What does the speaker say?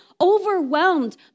overwhelmed